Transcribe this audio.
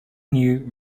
new